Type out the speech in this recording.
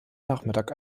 nachmittag